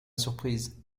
surprise